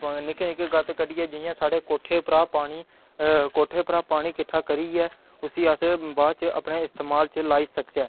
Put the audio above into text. निक्के निक्के गत्त कड्डियै जि'यां साढ़े कोठे कोठे उप्परा पानी कोठे उप्परा पानी किट्ठा करियै उसी अस बाद च अपने इस्तेमाल च लाई सकचै